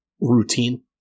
routine